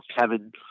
Kevin